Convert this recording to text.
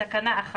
בתקנה 1